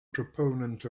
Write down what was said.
proponent